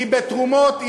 כי בתרומות,